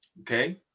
okay